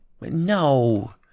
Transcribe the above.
no